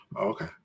okay